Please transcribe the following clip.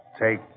Take